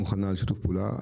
מוכנה לשיתוף פעולה.